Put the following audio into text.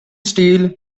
steel